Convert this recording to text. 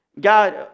God